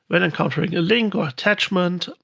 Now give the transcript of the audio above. when encountering a link or attachment,